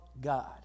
God